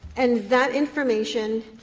and that information